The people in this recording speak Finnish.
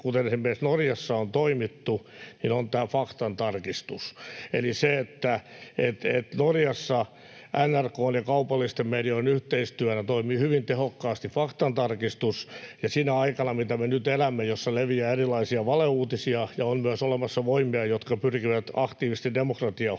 kuten esimerkiksi Norjassa on toimittu — on tämä faktantarkistus, eli Norjassa NRK:n ja kaupallisten medioiden yhteistyönä toimii hyvin tehokkaasti faktantarkistus. Sinä aikana, jota me nyt elämme, jossa leviää erilaisia valeuutisia ja on myös olemassa voimia, jotka pyrkivät aktiivisesti demokratiaa